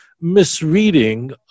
misreading